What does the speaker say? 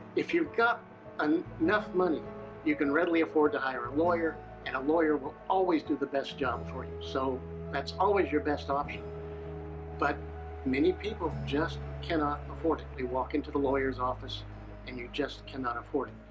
if you've got um enough money you can readily afford to hire a lawyer and a lawyer will always do the best job for you. so that's always your best option but many people just cannot afford it. they walk into the lawyer's office and you just cannot afford it.